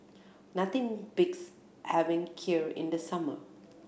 nothing beats having Kheer in the summer